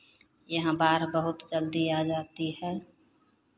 यहँ बाढ़ बहुत जल्दी आ जाती है